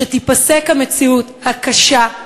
שתיפסק המציאות הקשה,